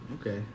Okay